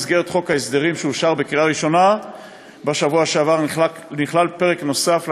במסגרת חוק ההסדרים שאושר בקריאה ראשונה בשבוע שעבר נכלל פרק נוסף,